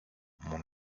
mon